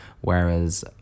whereas